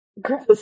Gross